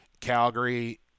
Calgary